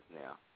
now